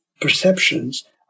perceptions